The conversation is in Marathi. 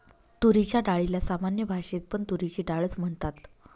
तुरीच्या डाळीला सामान्य भाषेत पण तुरीची डाळ च म्हणतात